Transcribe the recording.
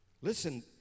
Listen